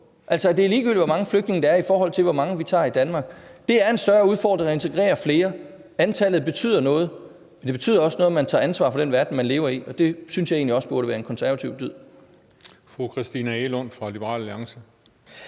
altså at det er ligegyldigt, hvor mange flygtninge der er, i forhold til hvor mange vi tager i Danmark. Det er en større udfordring at integrere flere, antallet betyder noget. Men det betyder også noget, at man tager ansvar for den verden, man lever i. Og det synes jeg egentlig også burde være en konservativ dyd.